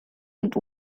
und